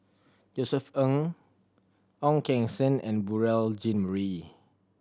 Josef Ng Ong Keng Sen and Beurel Jean Marie